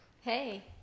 Hey